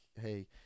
hey